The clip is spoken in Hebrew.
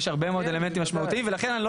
יש הרבה מאוד אלמנטים משמעותיים ולכן אני לא